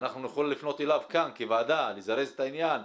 אנחנו נוכל לפנות אליו כאן כוועדה לזרז את העניין,